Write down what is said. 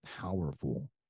powerful